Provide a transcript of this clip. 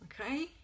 Okay